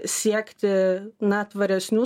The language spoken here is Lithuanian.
siekti na tvaresnių